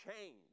change